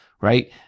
right